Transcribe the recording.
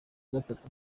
gatatu